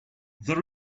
the